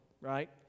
right